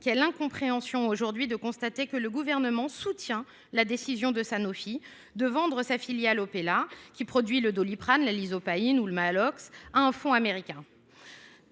notre incompréhension, quand nous constatons que le Gouvernement soutient la décision de Sanofi de vendre sa filiale Opella, qui produit le Doliprane, la Lysopaïne ou le Maalox, à un fonds américain